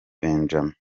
benjame